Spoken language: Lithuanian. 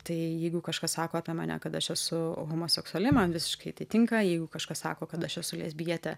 tai jeigu kažkas sako apie mane kad aš esu homoseksuali man visiškai tai tinka jeigu kažkas sako kad aš esu lesbietė